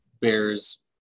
bears